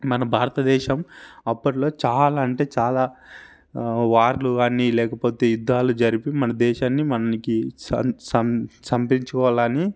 మన భారతదేశం అప్పట్లో చాలా అంటే చాలా వార్లు కానీ లేకపోతే యుద్దాలు జరిపి మన దేశాన్ని మనకి అని